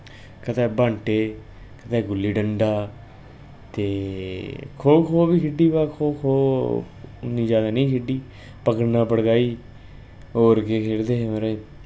कदें बाटें कदें गुल्ली डंडा ते खो खो बी खेढे दा खो खो इन्नी जैदा निं खेढी पकड़न पड़काई होर केह् खेढदे हे माराज